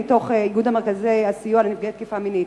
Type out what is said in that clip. מאיגוד מרכזי הסיוע לנפגעי תקיפה מינית: